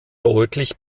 deutlich